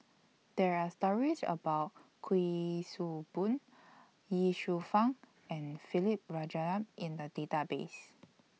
There Are stories about Kuik Swee Boon Ye Shufang and Philip Jeyaretnam in The Database